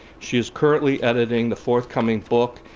she is currently editing the forthcoming book,